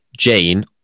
Jane